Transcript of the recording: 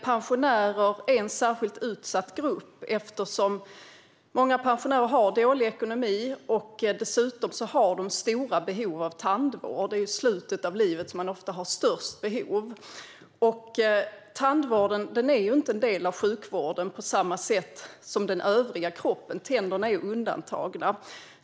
Pensionärer är en särskilt utsatt grupp eftersom många pensionärer har dålig ekonomi och dessutom stora behov av tandvård. Det är ju ofta i slutet av livet man har störst behov. Tandvården är inte en del av sjukvården på samma sätt som vården av kroppen i övrigt. Tänderna är undantagna.